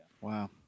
Wow